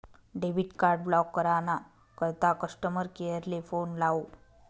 debit card block करा ना करता कस्टमर केअर ले फोन लावो